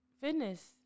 fitness